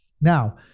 Now